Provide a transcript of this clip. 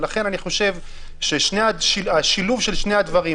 ולכן אני חושב על שילוב של שני הדברים.